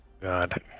God